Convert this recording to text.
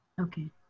Okay